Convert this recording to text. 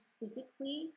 physically